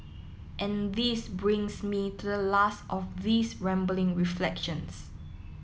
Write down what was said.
and this brings me to the last of these rambling reflections